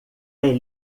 tem